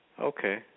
Okay